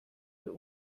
für